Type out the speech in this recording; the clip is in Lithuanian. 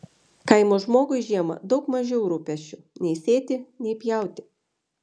kaimo žmogui žiemą daug mažiau rūpesčių nei sėti nei pjauti